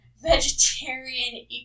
vegetarian